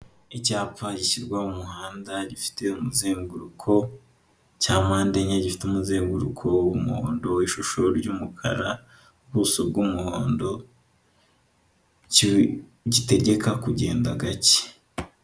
Icyapa gishyirwa mu muhanda gifite umuzenguruko cya mpande enye, gifite umuzenguruko w'umuhondo, ishusho ry'umukara ubuso bw'umuhondo gitegeka kugenda gake.